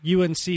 UNC